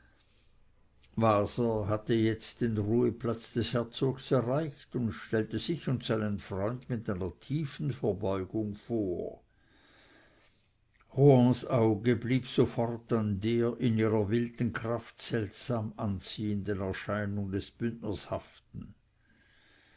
waser hatte jetzt den ruheplatz des herzogs erreicht und stellte sich und seinen freund mit einer tiefen verbeugung vor rohans auge blieb sofort an der in ihrer wilden krad seltsam anziehenden erscheinung des bündners haften